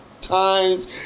times